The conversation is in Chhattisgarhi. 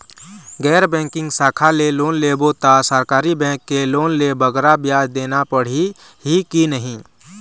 गैर बैंकिंग शाखा ले लोन लेबो ता सरकारी बैंक के लोन ले बगरा ब्याज देना पड़ही ही कि नहीं?